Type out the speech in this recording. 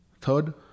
Third